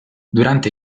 durante